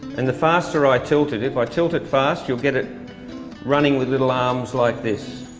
and the faster i tilt it if i tilt it faster you'll get it running with little arms like this.